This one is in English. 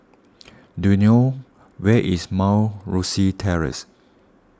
do you knew where is Mount Rosie Terrace